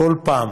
בכל פעם